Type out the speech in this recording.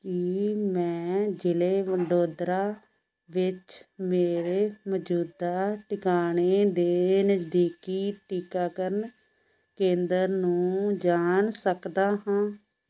ਕੀ ਮੈਂ ਜ਼ਿਲ੍ਹੇ ਵਡੋਦਰਾ ਵਿੱਚ ਮੇਰੇ ਮੌਜੂਦਾ ਟਿਕਾਣੇ ਦੇ ਨਜ਼ਦੀਕੀ ਟੀਕਾਕਰਨ ਕੇਂਦਰ ਨੂੰ ਜਾਣ ਸਕਦਾ ਹਾਂ